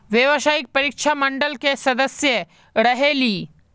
व्यावसायिक परीक्षा मंडल के सदस्य रहे ली?